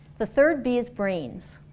the third b is brains.